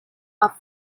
are